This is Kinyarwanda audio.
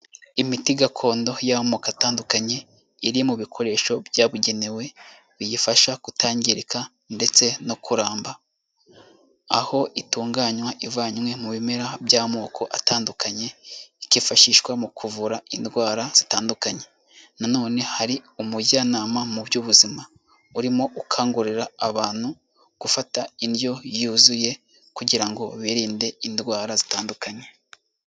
Imiti gakondo y'amoko atandukanye iri mu bikoresho byabugenewe biyifasha kutangirika ndetse no kuramba. Aho itunganywa ivanywe mu bimera by'amoko atandukanye, ikifashishwa mu kuvura indwara zitandukanye, na none hari umujyanama mu by'ubuzima urimo ukangurira abantu gufata indyo yuzuye kugira ngo birinde indwara zitandukanye.